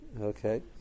Okay